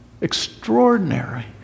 Extraordinary